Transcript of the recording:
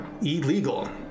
illegal